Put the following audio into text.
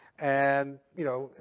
and, you know,